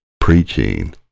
preaching